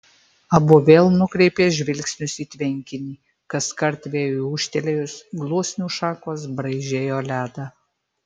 abu vėl nukreipė žvilgsnius į tvenkinį kaskart vėjui ūžtelėjus gluosnių šakos braižė jo ledą